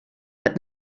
but